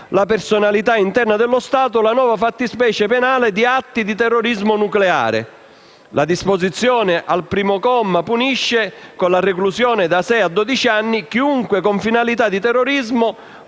la personalità interna dello Stato la nuova fattispecie penale di atti di terrorismo nucleare. La disposizione di cui al comma 1, lettera *c)*, punisce con la reclusione da sei a dodici anni chiunque, con finalità di terrorismo,